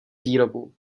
výrobu